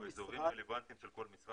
כל משרד --- באזורים רלוונטיים של כל משרד